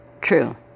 True